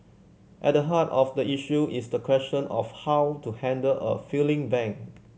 at the heart of the issue is the question of how to handle a failing bank